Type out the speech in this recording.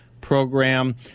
program